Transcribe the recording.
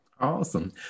Awesome